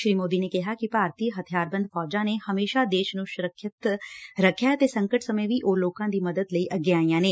ਸ਼ੀ ਮੋਦੀ ਨੇ ਕਿਹਾ ਕਿ ਭਾਰਤੀ ਹਥਿਆਰਬੰਦ ਫੌਜਾਂ ਨੇ ਹਮੇਸ਼ਾ ਦੇਸ਼ ਨੰ ਸੁਰੱਖਿਅਤ ਰੱਖਿਐ ਅਤੇ ਸੰਕਟ ਸਮੇਂ ਵੀ ਉਹ ਲੋਕਾਂ ਦੀ ਮਦਦ ਲਈ ਅੱਗੇ ਆਈਆਂ ਨੇ